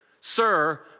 Sir